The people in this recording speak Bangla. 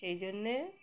সেই জন্যে